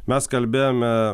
mes kalbėjome